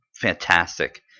fantastic